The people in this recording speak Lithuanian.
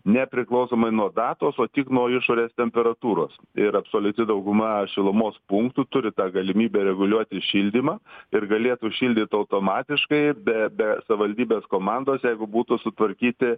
nepriklausomai nuo datos o tik nuo išorės temperatūros ir absoliuti dauguma šilumos punktų turi tą galimybę reguliuoti šildymą ir galėtų šildyt automatiškai be be savivaldybės komandos jeigu būtų sutvarkyti